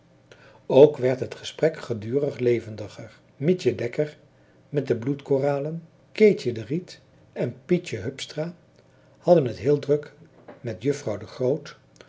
ook werd het gesprek gedurig levendiger mietje dekker met de bloedkoralen keetje de riet en pietje hupstra hadden het heel druk met juffrouw de groot